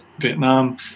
Vietnam